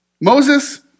Moses